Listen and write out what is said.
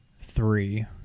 three